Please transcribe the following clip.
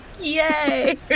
yay